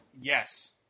yes